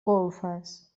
golfes